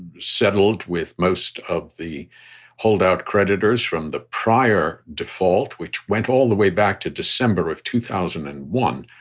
settled with most of the holdout creditors from the prior default, which went all the way back to december of two thousand and one.